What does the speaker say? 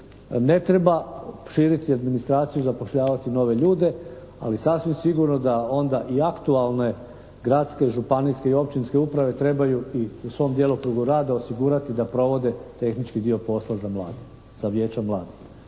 ne treba širiti administraciju i zapošljavati nove ljude, ali sasvim sigurno da onda i aktualne gradske, županijske i općinske uprave trebaju u svom djelokrugu rada osigurati da provode tehnički dio posla za mlade,